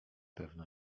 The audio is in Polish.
pewno